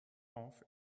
half